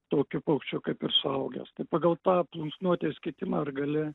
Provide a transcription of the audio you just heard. tokiu paukščiu kaip ir suaugęs tai pagal tą plunksnuotės kitimą ir gali